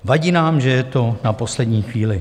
Vadí nám, že je to na poslední chvíli.